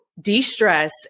de-stress